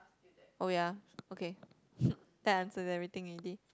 oh ya okay that answers everything already